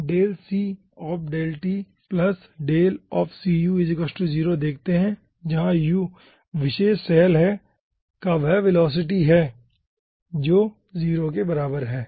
तो आप देखते हैं जहां u विशेष सैल का वह वेलोसिटी है जो 0 के बराबर है